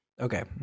Okay